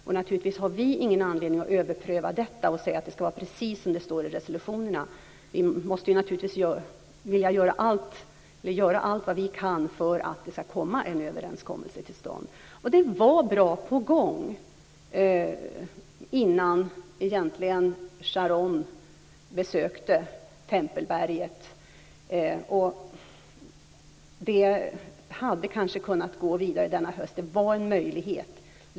Vi har naturligtvis ingen anledning att överpröva detta och säga att det ska vara precis som det står i resolutionerna. Vi måste naturligtvis göra allt vad vi kan för att det ska komma en överenskommelse till stånd. Det var på gång innan Sharon besökte Tempelberget, och det hade kanske kunnat gå vidare denna höst - det fanns en möjlighet.